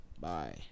Bye